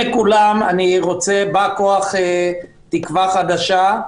אני בא כוח תקווה חדשה.